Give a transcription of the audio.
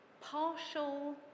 partial